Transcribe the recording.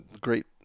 great